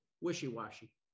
wishy-washy